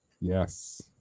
Yes